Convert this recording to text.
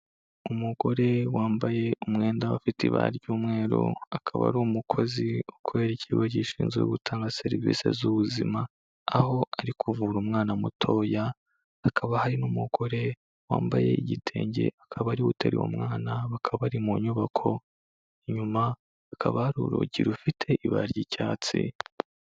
Umugore wambaye umwenda ufite ibara ry'umweru akaba ari umukozi ukorera ikigo gishinzwe gutanga serivise z'ubuzima, aho arikuvura umwana mutoya. Hakaba hari n'umugore wambaye igitenge akaba ari we uteruye umwana. Bakaba bari mu nyubako. Inyuma hakaba hari urugi rufite ibara ry'icyatsi.